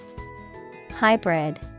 Hybrid